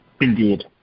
Indeed